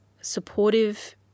supportive